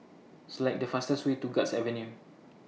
Select The fastest Way to Guards Avenue